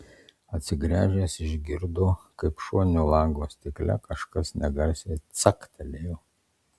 atsigręžęs išgirdo kaip šoninio lango stikle kažkas negarsiai caktelėjo